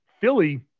Philly